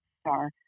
star